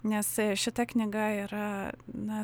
nes šita knyga yra na